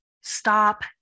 Stop